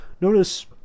Notice